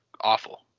awful